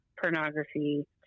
pornography